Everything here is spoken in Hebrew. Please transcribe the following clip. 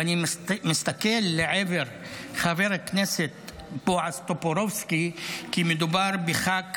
ואני מסתכל לעבר חבר הכנסת בועז טופורובסקי כי מדובר בח"כ